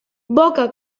boca